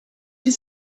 his